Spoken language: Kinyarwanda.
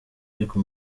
ariko